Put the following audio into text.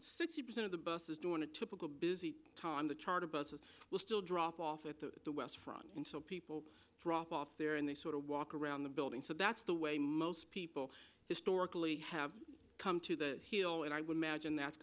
sixty percent of the buses do in a typical busy time on the charter buses will still drop off at the west front until people drop off there and they sort of walk around the building so that's the way most people historically have come to the hill and i would imagine that's